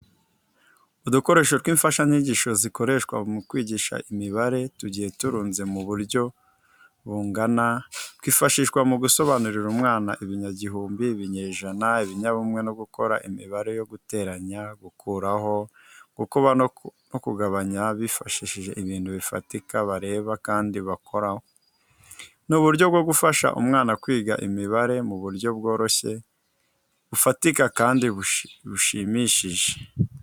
Udukoresho tw'imfashanyigisho zikoreshwa mu kwigisha imibare tugiye turunze mu butyo bungana, twifashishwa mu gusobanurira umwana ibinyagihumbi, ibinyejana, ibinyabumwe no gukora imibare yo guteranya, gukuraho, gukuba no kugabanya bifashishije ibintu bifatika bareba kandi bakoraho. Ni uburyo bwo gufasha umwana kwiga imibare mu buryo bworoshye, bufatika kandi bushimishije.